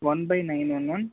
one by nine one one